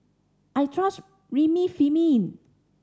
I trust Remifemin